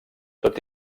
tot